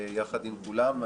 יחד עם כולם.